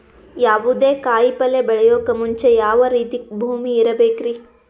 ಯಾವುದೇ ಕಾಯಿ ಪಲ್ಯ ಬೆಳೆಯೋಕ್ ಮುಂಚೆ ಯಾವ ರೀತಿ ಭೂಮಿ ಇರಬೇಕ್ರಿ?